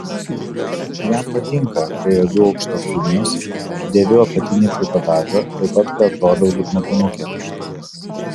jam patinka kai aviu aukštakulnius dėviu apatinį trikotažą taip pat kai atrodau lyg mokinukė